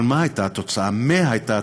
אבל מה הייתה התוצאה הסופית?